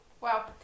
wow